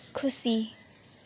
खुसी